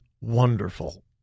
wonderful